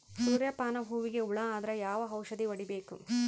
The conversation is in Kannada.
ಸೂರ್ಯ ಪಾನ ಹೂವಿಗೆ ಹುಳ ಆದ್ರ ಯಾವ ಔಷದ ಹೊಡಿಬೇಕು?